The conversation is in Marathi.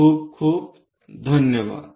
खूप खूप धन्यवाद